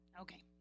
Okay